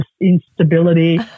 instability